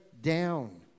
down